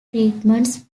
treatment